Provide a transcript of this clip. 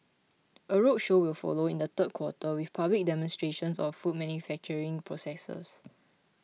a roadshow will follow in the third quarter with public demonstrations of food manufacturing processes